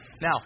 Now